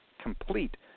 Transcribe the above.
complete